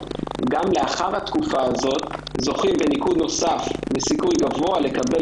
גם לאחר התקופה הזאת זוכים בניקוד נוסף ובסיכוי גבוה לקבל